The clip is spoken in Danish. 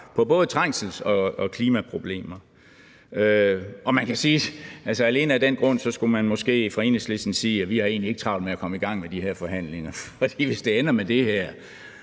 på både trængsels- og klimaproblemerne. Så alene af den grund skulle man måske fra Enhedslistens side sige, at vi egentlig ikke har travlt med at komme i gang med de her forhandlinger, hvis det ender med det her.